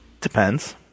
Depends